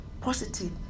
positive